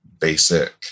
basic